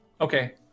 Okay